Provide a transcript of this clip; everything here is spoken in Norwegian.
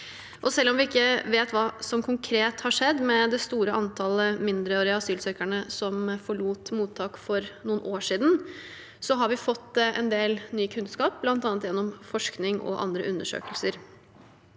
Selv om vi ikke vet hva som konkret har skjedd med det store antallet mindreårige asylsøkere som forlot mottak for noen år siden, har vi fått en del ny kunnskap, bl.a. gjennom forskning og andre undersøkelser.